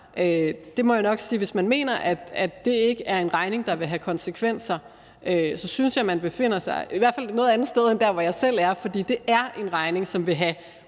jeg må nok sige, at hvis man mener, at 30 mia. kr. ikke er en regning, der vil have konsekvenser, så synes jeg at man befinder sig et noget andet sted end der, end hvor jeg selv er, for det er en regning, som vil have utrolig store